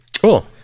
Cool